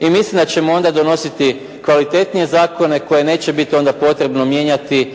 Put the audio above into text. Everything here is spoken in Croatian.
I mislim da ćemo onda donositi kvalitetnije zakone koje neće biti onda potrebno mijenjati